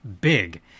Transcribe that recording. big